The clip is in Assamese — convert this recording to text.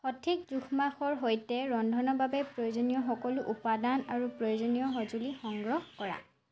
সঠিক জোখ মাখৰ সৈতে ৰন্ধনৰ বাবে প্ৰয়োজনীয় সকলো উপাদান আৰু প্ৰয়োজনীয় সঁজুলি সংগ্ৰহ কৰা